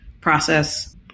process